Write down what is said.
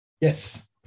Yes